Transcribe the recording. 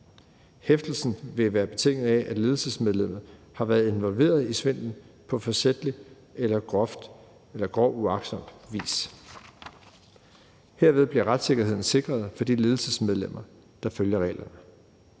Hæftelsen vil være betinget af, at ledelsesmedlemmet har været involveret i svindelen på forsætlig eller groft uagtsom vis. Herved bliver retssikkerheden sikret for de ledelsesmedlemmer, der følger reglerne.